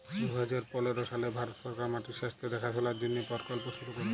দু হাজার পলের সালে ভারত সরকার মাটির স্বাস্থ্য দ্যাখাশলার জ্যনহে পরকল্প শুরু ক্যরে